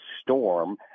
storm